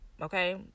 okay